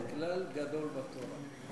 "זה כלל גדול בתורה".